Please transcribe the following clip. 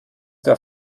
der